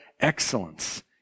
excellence